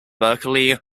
berkeley